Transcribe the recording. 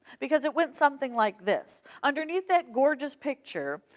because it went something like this underneath that gorgeous picture,